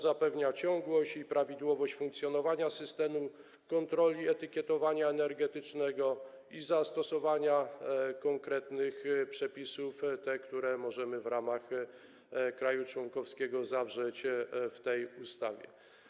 Zapewnia on ciągłość i prawidłowość funkcjonowania systemu kontroli etykietowania energetycznego i zastosowania konkretnych przepisów, które możemy jako kraj członkowski zawrzeć w tej ustawie.